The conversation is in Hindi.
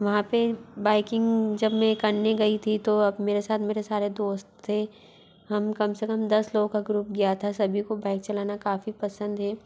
वहाँ पे बाइकिंग जब मे करने गई थी तो अब मेरे साथ मेरे सारे दोस्त थे हम कम से कम दस लोगों का ग्रुप गया था सभी को बाइक चलाना काफ़ी पसंद है